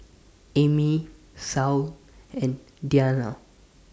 Amy Saul and Deanna